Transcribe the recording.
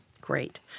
Great